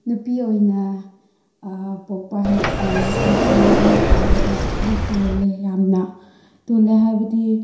ꯅꯨꯄꯤ ꯑꯣꯏꯅ ꯄꯣꯛꯄ ꯍꯥꯏꯕꯁꯦ ꯅꯨꯄꯤꯁꯦ ꯑꯗꯨꯝ ꯍꯥꯏꯕꯗ ꯑꯗꯨꯝ ꯇꯣꯜꯂꯦ ꯌꯥꯝꯅ ꯇꯣꯜꯂꯦ ꯍꯥꯏꯕꯗꯤ